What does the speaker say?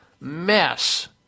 mess